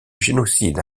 génocide